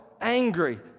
angry